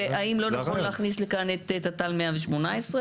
האם לא נכון להכניס לגאנט הגדול הזה את תת"ל 118?